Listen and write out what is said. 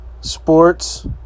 Sports